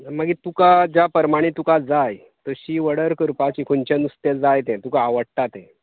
मागीर तुका ज्या प्रमाणें तुका जाय तशी ऑर्डर करपाची खंयचें नुस्तें जाय तें तुका आवडटा तें